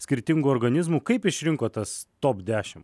skirtingų organizmų kaip išrinko tas top dešim